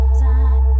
time